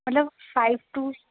मतलब five to